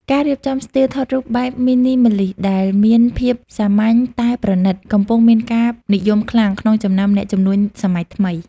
ការរៀបចំស្ទីលថតរូបបែប Minimalist ដែលមានភាពសាមញ្ញតែប្រណីត កំពុងមានការនិយមខ្លាំងក្នុងចំណោមអ្នកជំនួញសម័យថ្មី។